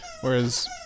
Whereas